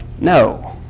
No